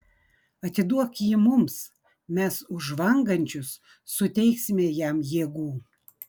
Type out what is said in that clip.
atiduok jį mums mes už žvangančius suteiksime jam jėgų